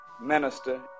minister